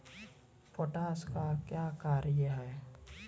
Potash का क्या कार्य हैं?